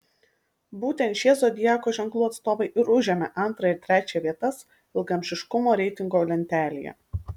būtent šie zodiako ženklų atstovai ir užėmė antrą ir trečią vietas ilgaamžiškumo reitingo lentelėje